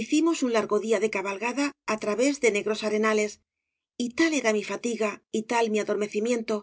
hicimos un largo día de cabalgada á través de negros arenales y tal era mi fatiga y tal mi adormecimiento